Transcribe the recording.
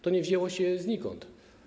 To nie wzięło się znikąd.